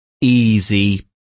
Easy